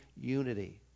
unity